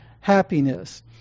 happiness